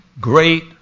great